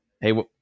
Hey